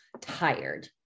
tired